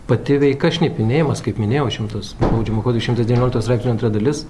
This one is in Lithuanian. pati veika šnipinėjimas kaip minėjau šimtas baudžiamo kodekso šimtas devyniolikto straipsnio antra dalis